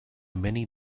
many